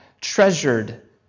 treasured